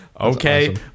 okay